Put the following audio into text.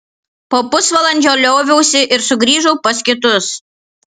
po pusvalandžio lioviausi ir sugrįžau pas kitus